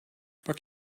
pak